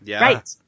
Right